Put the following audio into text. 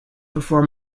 before